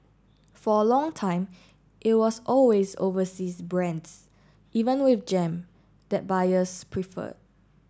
for a long time it was always overseas brands even with jam that buyers preferred